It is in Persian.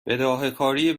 بداههکاری